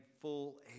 full